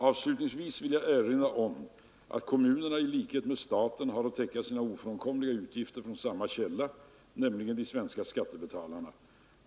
Avslutningsvis vill jag erinra om att kommunerna i likhet med staten har att täcka sina ofrånkomliga utgifter från samma källa, nämligen de svenska skattebetalarna.